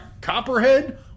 Copperhead